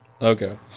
Okay